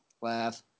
laugh